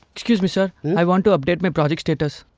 excuse me, sir! i want to update my project status.